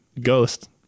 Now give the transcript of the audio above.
ghost